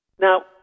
Now